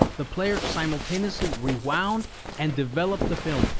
the player simultaneously rewound and developed the film.